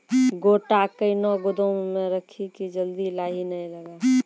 गोटा कैनो गोदाम मे रखी की जल्दी लाही नए लगा?